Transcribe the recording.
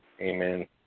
Amen